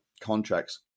contracts